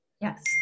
yes